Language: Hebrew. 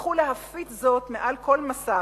ישמחו להפיץ זאת מעל כל מסך.